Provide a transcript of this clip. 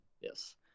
Yes